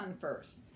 first